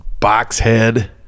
Boxhead